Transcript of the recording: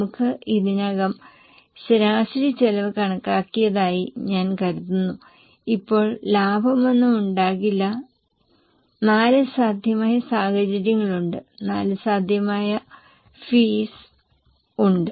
നമ്മൾ ഇതിനകം ശരാശരി ചെലവ് കണക്കാക്കിയതായി ഞാൻ കരുതുന്നു ഇപ്പോൾ ലാഭമൊന്നും ഉണ്ടാകില്ല 4 സാധ്യമായ സാഹചര്യങ്ങളുണ്ട് 4 സാധ്യമായ ഫീസ് ഉണ്ട്